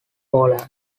poland